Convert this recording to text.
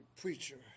preacher